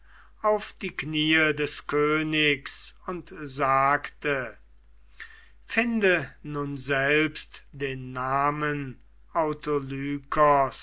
auf die kniee des königs und sagte finde nun selbst den namen